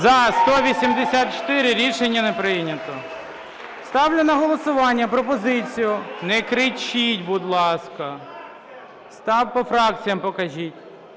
За-184 Рішення не прийнято. Ставлю на голосування пропозицію, не кричіть, будь ласка, по фракціям покажіть.